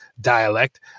dialect